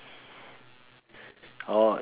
or